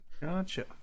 Gotcha